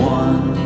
one